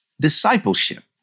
discipleship